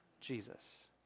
Jesus